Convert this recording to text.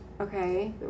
Okay